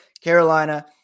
Carolina